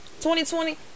2020